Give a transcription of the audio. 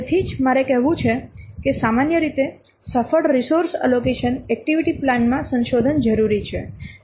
તેથી જ મારે કહેવું છે કે સામાન્ય રીતે સફળ રિસોર્સ એલોકેશન એક્ટિવિટી પ્લાન માં સંશોધન જરૂરી છે